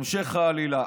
המשך העלילה.